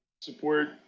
support